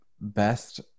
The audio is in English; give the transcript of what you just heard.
best